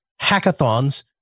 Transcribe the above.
hackathons